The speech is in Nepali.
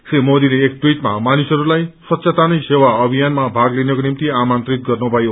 श्री मोदीले एक टवीटमा मानिसहरूलाई स्वच्छत नै सेवा अभियानमा भाग निको निम्ति आमन्त्रित गर्नुभयो